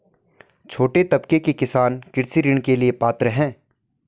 छोटे तबके के किसान कृषि ऋण के लिए पात्र हैं?